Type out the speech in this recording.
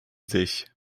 sich